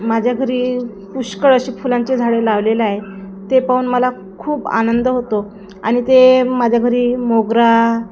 माझ्या घरी पुष्कळ असे फुलांचे झाडे लावलेले आहे ते पाहून मला खूप आनंद होतो आनि ते माझ्या घरी मोगरा